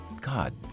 God